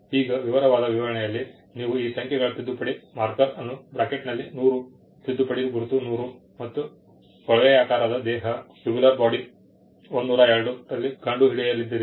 ಈಗ ವಿವರವಾದ ವಿವರಣೆಯಲ್ಲಿ ನೀವು ಈ ಸಂಖ್ಯೆಗಳ ತಿದ್ದುಪಡಿ ಮಾರ್ಕರ್ ಅನ್ನು ಬ್ರಾಕೆಟನಲ್ಲಿ 100 ತಿದ್ದುಪಡಿ ಗುರುತು 100 ಮತ್ತು ಕೊಳವೆಯಾಕಾರದ ದೇಹ 102 ರಲ್ಲಿ ಕಂಡುಹಿಡಿಯಲಿದ್ದೀರಿ